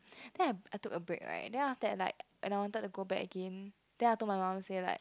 then I I took a break right then after like I wanted to go back again I told my mum say like